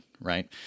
right